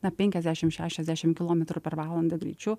na penkiasdešim šešiasdešim kilometrų per valandą greičiu